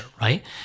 right